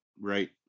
Right